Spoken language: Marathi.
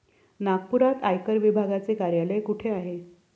नागपुरात आयकर विभागाचे कार्यालय कुठे आहे?